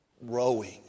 rowing